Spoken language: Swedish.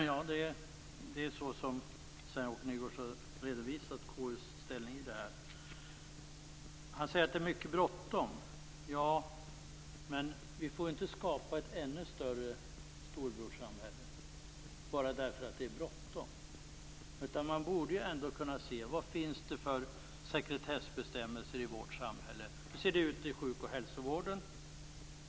Fru talman! KU:s ställning i frågan är så som Sven-Åke Nygårds har redovisat. Han säger att det är mycket bråttom. Vi får inte skapa ett ännu större storebrorssamhälle bara därför att det är bråttom. Man borde kunna se vad det finns för sekretessbestämmelser i vårt samhälle, hur det ser ut inom sjuk och hälsovården.